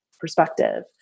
perspective